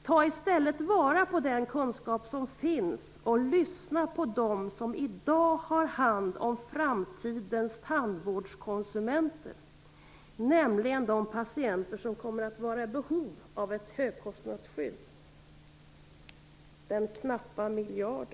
Ta i stället vara på den kunskap som finns och lyssna på dem som i dag har hand om framtidens tandvårdskonsumenter, nämligen de patienter som kommer att vara i behov av ett högkostnadsskydd.